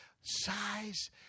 size